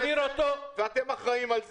ואתם אחראים על זה.